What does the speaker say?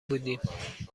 بودیم